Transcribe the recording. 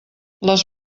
les